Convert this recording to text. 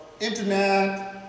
internet